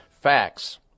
facts